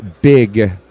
big